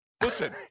Listen